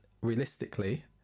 Realistically